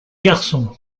garçons